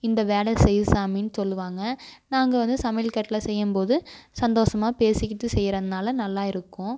இந்த வேலை செய் சாமின்னு சொல்லுவாங்க நாங்கள் வந்து சமையல் கட்டில் செய்யும்போது சந்தோசமாக பேசிகிட்டு செய்யறதுனால நல்லா இருக்கும்